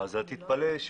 תתפלא.